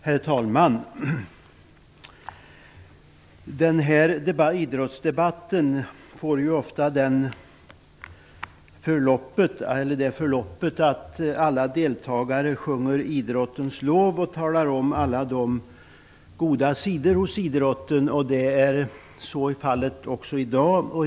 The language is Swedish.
Herr talman! Idrottsdebatten får ofta förloppet att alla deltagare sjunger idrottens lov och talar om alla goda sidor med idrotten. Så är fallet också i dag.